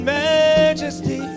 majesty